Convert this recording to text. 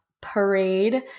parade